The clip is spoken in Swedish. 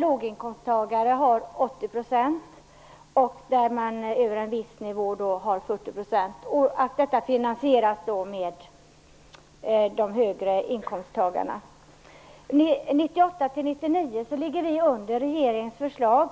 Låginkomsttagare får 80 %, och av löner över en viss nivå får man 40 %. Detta finansieras med hjälp av höginkomsttagarna. 1998/99 ligger vi under regeringens förslag